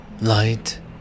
Light